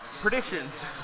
Predictions